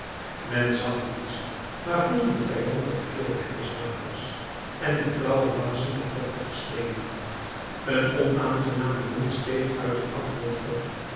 men zag niets maar voelde de vijandige kilheid des waters en den flauwen wasem der vochtige steenen een onaangename wind steeg uit dien afgrond op